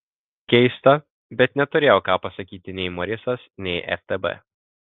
keista bet neturėjo ką pasakyti nei morisas nei ftb